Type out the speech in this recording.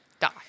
die